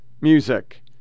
music